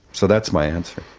so that's my answer.